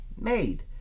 made